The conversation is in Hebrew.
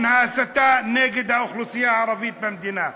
ההסתה נגד האוכלוסייה הערבית במדינה.